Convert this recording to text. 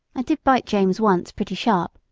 i did bite james once pretty sharp,